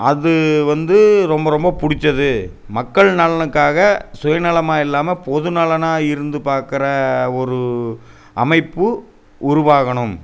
அது வந்து ரொம்ப ரொம்ப பிடிச்சது மக்கள் நலனுக்காக சுயநலமாக இல்லாமல் பொதுநலனாக இருந்து பார்க்குற ஒரு அமைப்பு உருவாகணும்